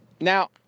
Now